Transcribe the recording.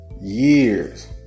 years